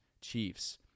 Chiefs